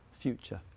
future